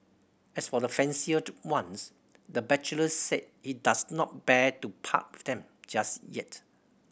as for the fancier ones the bachelor said he does not bear to part them just yet